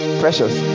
precious